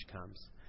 comes